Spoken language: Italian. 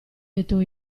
detto